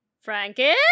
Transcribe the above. Frankie